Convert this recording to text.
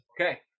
okay